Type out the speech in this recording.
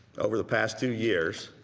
over the past two years,